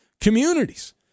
communities